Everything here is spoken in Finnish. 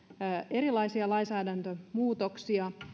erilaisia lainsäädäntömuutoksia